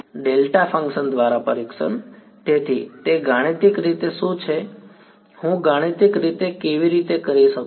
delta function દ્વારા પરીક્ષણ તેથી તે ગાણિતિક રીતે શું છે હું ગાણિતિક રીતે કેવી રીતે કરી શકું